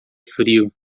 frio